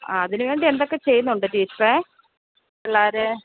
ആ അതിന് വേണ്ടി എന്തൊക്കെ ചെയ്യുന്നുണ്ട് ടീച്ചറെ പിള്ളേരെ